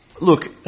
Look